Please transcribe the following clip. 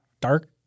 dark